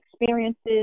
experiences